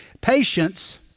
Patience